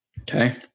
Okay